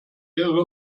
ihre